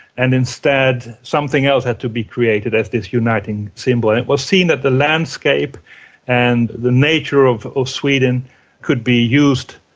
and instead something else had to be created as this uniting symbol. and it was seen that the landscape and the nature of of sweden could be used,